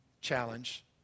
challenge